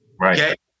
Right